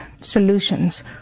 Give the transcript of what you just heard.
solutions